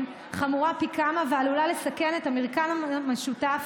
חמורה פי כמה ועלולה לסכן את המרקם המשותף